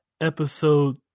episode